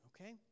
okay